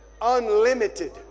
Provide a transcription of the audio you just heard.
unlimited